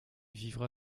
vivra